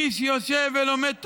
מי שיושב ולומד תורה,